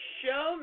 show